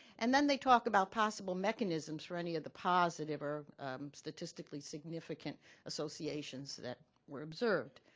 and then they talk about possible mechanisms for any of the positive or statistically significant associations that were observed.